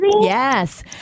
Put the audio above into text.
Yes